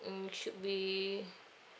mm should be